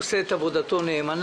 הוא עושה את עבודתו נאמנה,